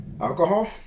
alcohol